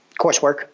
coursework